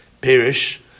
Perish